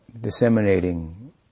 disseminating